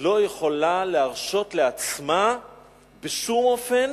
לא יכולה להרשות לעצמה בשום אופן